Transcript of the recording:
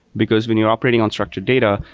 because when you're operating on structured data,